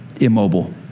immobile